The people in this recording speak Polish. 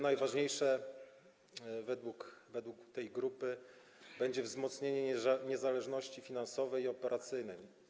Najważniejsze według tej grupy będzie wzmocnienie niezależności finansowej i operacyjnej.